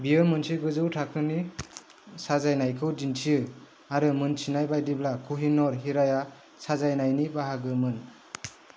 बियो मोनसे गोजौ थाखोनि साजायनायखौ दिन्थियो आरो मोनथिनाय बायदिब्ला कहिनूर हिराया साजायनायनि बाहागो मोन